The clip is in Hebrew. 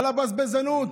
על הבזבזנות.